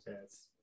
Yes